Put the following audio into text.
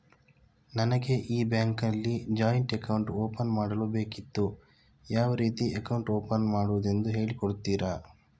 ನನಗೆ ಈ ಬ್ಯಾಂಕ್ ಅಲ್ಲಿ ಜಾಯಿಂಟ್ ಅಕೌಂಟ್ ಓಪನ್ ಮಾಡಲು ಬೇಕಿತ್ತು, ಯಾವ ರೀತಿ ಅಕೌಂಟ್ ಓಪನ್ ಮಾಡುದೆಂದು ಹೇಳಿ ಕೊಡುತ್ತೀರಾ?